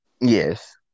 Yes